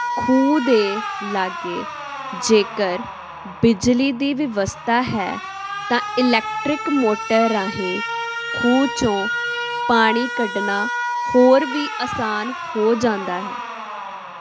ਖੂਹ ਦੇ ਲਾਗੇ ਜੇਕਰ ਬਿਜਲੀ ਦੀ ਵਿਵਸਥਾ ਹੈ ਤਾਂ ਇਲੈਕਟਰਿਕ ਮੋਟਰ ਰਾਹੀਂ ਖੂਹ 'ਚੋਂ ਪਾਣੀ ਕੱਢਣਾ ਹੋਰ ਵੀ ਆਸਾਨ ਹੋ ਜਾਂਦਾ ਹੈ